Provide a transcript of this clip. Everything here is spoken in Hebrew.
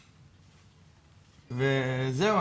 וזהו,